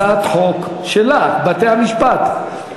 הצעת חוק שלך, בתי-המשפט.